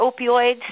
opioids